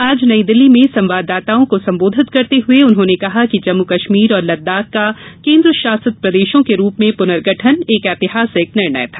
आज नई दिल्ली में संवाददाताओं को सम्बोधित करते हुए उन्होंने कहा कि जम्मू कश्मीर और लद्दाख का केन्द्र शासित प्रदेशों के रूप में पूर्नगठन एक ऐतिहासिक निर्णय था